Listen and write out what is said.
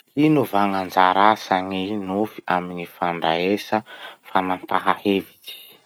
Ino va gn'anjara asan'ny nofy amy gny fandraisa fanampaha hevitsy?